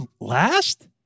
last